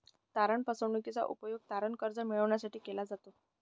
तारण फसवणूकीचा उपयोग तारण कर्ज मिळविण्यासाठी केला जातो